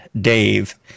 Dave